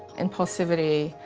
impulsivity,